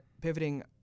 pivoting